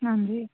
ਹਾਂਜੀ